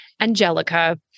Angelica